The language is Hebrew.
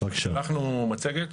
שלחנו מצגת.